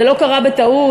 זה לא קרה בטעות,